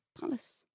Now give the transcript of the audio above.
Palace